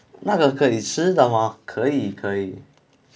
那个可以吃的吗可以可以